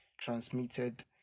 transmitted